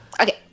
Okay